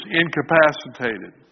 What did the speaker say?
incapacitated